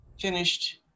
Finished